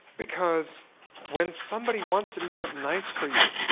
because when somebody wants to do something nice for you,